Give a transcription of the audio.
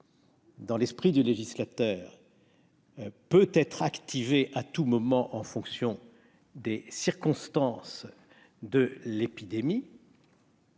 dans l'esprit du législateur, peut être activé à tout moment en fonction de l'évolution de l'épidémie,